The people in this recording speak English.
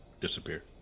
disappear